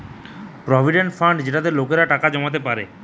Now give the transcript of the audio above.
provident fund যেটাতে লোকেরা টাকা জমাতে পারে